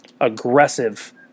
aggressive